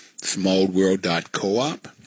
smallworld.coop